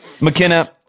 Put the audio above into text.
McKenna